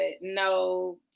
no